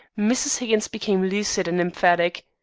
mrs. higgins became lucid and emphatic.